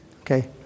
Okay